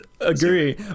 agree